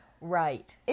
Right